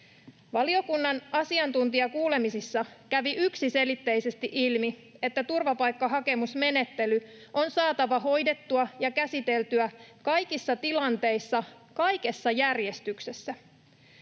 Valiokunnan asiantuntijakuulemisissa kävi yksiselitteisesti ilmi, että turvapaikkahakemusmenettely on saatava hoidettua ja käsiteltyä kaikissa tilanteissa kaikessa järjestyksessä.